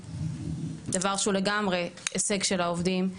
דבר שהוא לגמרי הישג של העובדים.